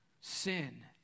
sin